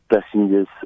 passengers